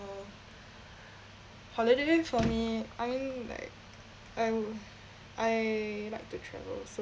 holiday for me I mean like I w~ I like to travel so